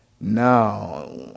Now